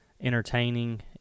entertaining